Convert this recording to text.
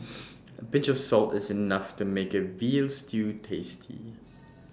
A pinch of salt is enough to make A Veal Stew tasty